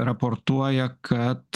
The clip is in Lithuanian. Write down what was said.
raportuoja kad